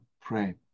pray